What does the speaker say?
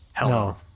No